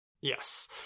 Yes